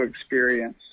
experience